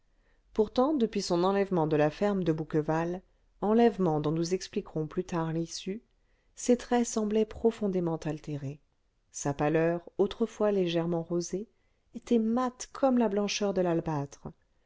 pourtant depuis son enlèvement de la ferme de bouqueval enlèvement dont nous expliquerons plus tard l'issue ses traits semblaient profondément altérés sa pâleur autrefois légèrement rosée était mate comme la blancheur de l'albâtre